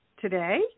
today